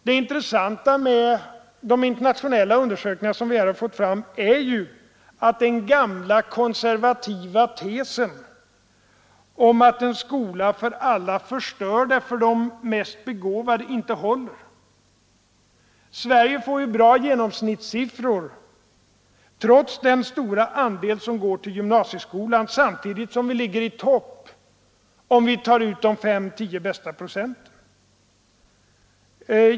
Det intressanta med de internationella undersökningar som vi här har fört fram är ju att den gamla konservativa tesen, att en skola för alla förstör för de mest begåvade, inte håller. Sverige får bra genomsnittssiffror trots den stora andel elever som går till gymnasieskolan, samtidigt som vi ligger i topp, om vi tar ut de fem, tio bästa procenten.